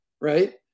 Right